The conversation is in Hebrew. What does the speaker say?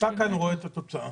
אתה כאן רואה את התוצאה.